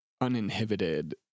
uninhibited